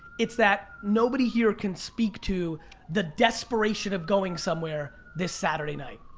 it's that nobody here can speak to the desperation of going somewhere this saturday night.